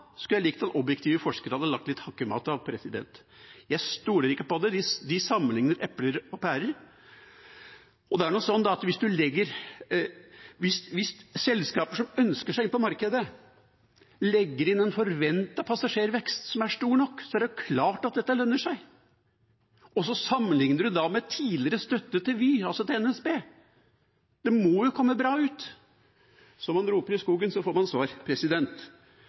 skulle jeg likt at objektive forskere hadde laget litt hakkemat av. Jeg stoler ikke på det. De sammenligner epler og pærer. Det er nå sånn at hvis selskaper som ønsker seg inn på markedet, legger inn en forventet passasjervekst som er stor nok, er det klart at dette lønner seg. Så sammenligner en da med tidligere støtte til Vy, altså til NSB. Det må jo komme bra ut. Som man roper i skogen, får man svar